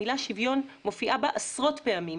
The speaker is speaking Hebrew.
המילה שוויון מופיעה בה עשרות פעמים,